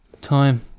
time